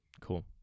Cool